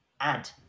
add